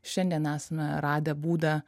šiandien esame radę būdą